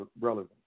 relevant